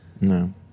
No